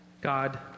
God